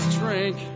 drink